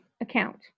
account